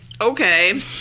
Okay